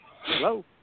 Hello